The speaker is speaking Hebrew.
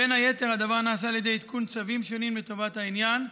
בין היתר הדבר נעשה על ידי עדכון צווים שונים לטובת העניין.